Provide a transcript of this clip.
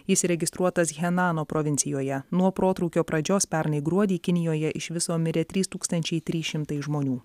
jis registruotas henano provincijoje nuo protrūkio pradžios pernai gruodį kinijoje iš viso mirė trys tūkstančiai trys šimtai žmonių